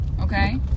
okay